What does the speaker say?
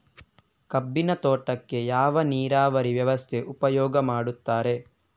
ಕಬ್ಬಿನ ತೋಟಕ್ಕೆ ಯಾವ ನೀರಾವರಿ ವ್ಯವಸ್ಥೆ ಉಪಯೋಗ ಮಾಡುತ್ತಾರೆ?